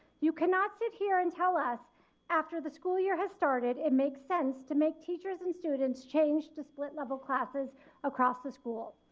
you cannot sit here and tell us after the school year has started, it makes sense to make teachers and students change to split level classes across the school.